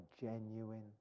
genuine